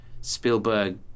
spielberg